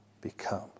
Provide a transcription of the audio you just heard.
become